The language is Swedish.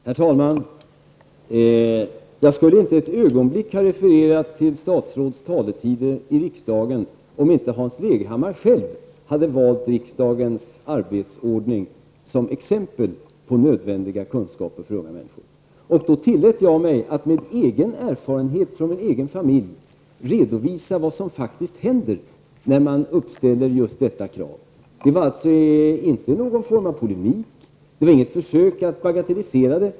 Herr talman! Jag skulle inte ett ögonblick ha refererat till ett statsråds taletid i riksdagen om inte Hans Leghammar själv hade valt riksdagens arbetsordning som exempel på nödvändiga kunskaper för unga människor. Då tillät jag mig att ur min egen erfarenhet från min familj redovisa vad som faktiskt händer när man uppställer just detta krav. Det var således inte någon form av polemik eller något försök att bagatellisera det.